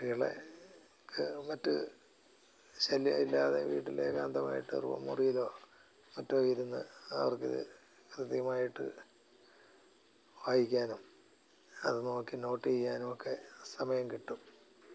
കുട്ടികളൊക്കെ മറ്റ് ശല്ല്യം ഇല്ലാതെ വീട്ടിൽ ഏകാന്തമായിട്ട് റൂം മുറിയിലോ മറ്റോ ഇരുന്ന് അവർക്ക് ഇത് ഹൃദ്യമായിട്ട് വായിക്കാനും അത് നോക്കി നോട്ട് ചെയ്യാനും ഒക്കെ സമയം കിട്ടും